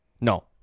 no